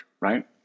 right